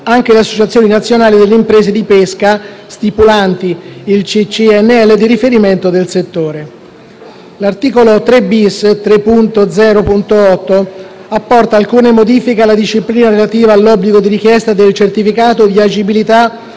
anche le associazioni nazionali delle imprese di pesca stipulanti il CCNL di riferimento del settore. L'articolo 3-*bis* (emendamento 3.0.8) apporta alcune modifiche alla disciplina relativa all'obbligo di richiesta del certificato di agibilità